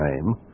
name